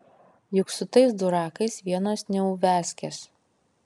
juk su tais durakais vienos neuviazkės